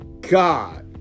God